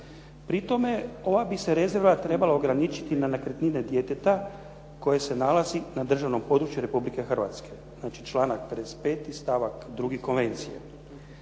Pri tome, ova bi se rezerva trebala ograničiti na nekretnine djeteta koje se nalazi na državnom području Republike Hrvatske, znači članak 55. stavak 2. konvencije.